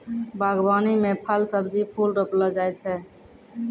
बागवानी मे फल, सब्जी, फूल रौपलो जाय छै